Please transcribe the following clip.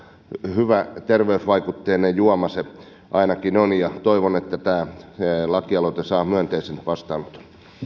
hyvä terveysvaikutteinen juoma se ainakin on ja toivon että tämä lakialoite saa myönteisen vastaanoton